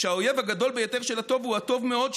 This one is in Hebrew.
"שהאויב הגדול ביותר של הטוב הוא הטוב מאוד,